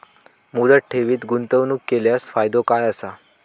मुदत ठेवीत गुंतवणूक केल्यास फायदो काय आसा?